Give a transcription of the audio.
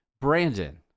Brandon